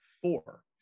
four